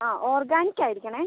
ആ ഓർഗാനിക്ക് ആയിരിക്കണേ